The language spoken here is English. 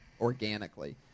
organically